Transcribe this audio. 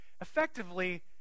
effectively